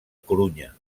corunya